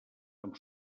amb